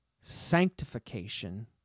Sanctification